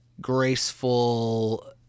graceful